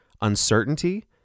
uncertainty